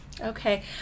Okay